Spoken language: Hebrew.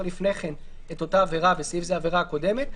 לפני כן את אותה עבירה בסעיף זה העבירה הקודמת,